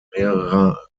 mehrerer